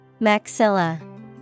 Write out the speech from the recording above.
Maxilla